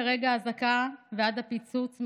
הבודדות מרגע האזעקה ועד הפיצוץ,